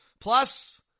Plus